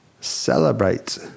celebrate